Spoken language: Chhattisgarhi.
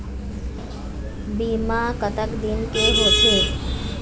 बीमा कतक दिन के होते?